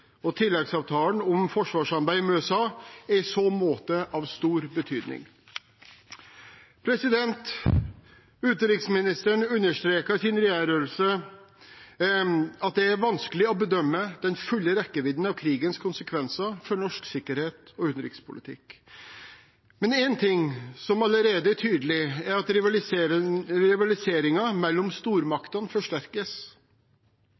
og tilleggsavtalen om forsvarssamarbeid med USA er i så måte av stor betydning. Utenriksministeren understreket i sin redegjørelse at det er vanskelig å bedømme den fulle rekkevidden av krigens konsekvenser for norsk sikkerhets- og utenrikspolitikk, men én ting som allerede er tydelig, er at rivaliseringen mellom